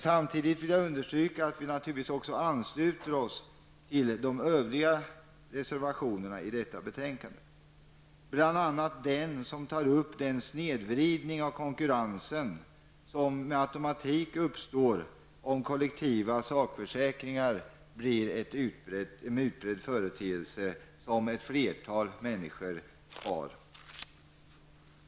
Samtidigt vill jag understryka att vi naturligtvis också ansluter oss till de övriga reservationerna till detta betänkande, bl.a. den som tar upp den snedvridning av konkurrensen som automatiskt uppstår om kollektiva sakförsäkringar blir en utbredd företeelse, som ett flertal människor har.